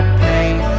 pain